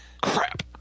crap